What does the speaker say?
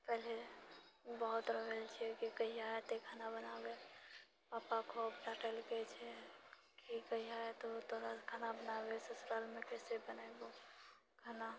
पहिले बहुत रोअल छिऐ कि कहिआ एते खाना बनाबै पपा खूब डँटलकै छै कि कहिआ एतौ तोरा खाना बनाबै ससुरालमे कैसे बनेबौ खाना